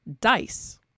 dice